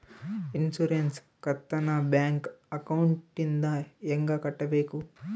Insurance ಕಂತನ್ನ bank ಅಕೌಂಟಿಂದ ಹೆಂಗ ಕಟ್ಟಬೇಕು?